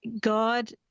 God